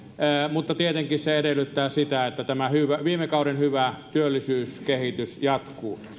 mutta tietenkin se edellyttää sitä että tämä viime kauden hyvä työllisyyskehitys jatkuu